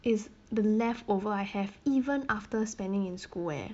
is the leftover I have even after spending in school eh